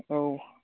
औ